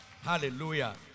Hallelujah